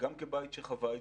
גם כבית שחווה התפרצות,